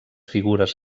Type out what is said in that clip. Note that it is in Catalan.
figures